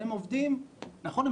נכון,